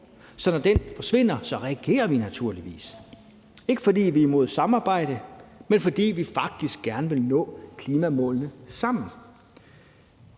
Så når den forsvinder, reagerer vi naturligvis, ikke fordi vi er imod et samarbejde, men fordi vi faktisk gerne vil nå klimamålene sammen.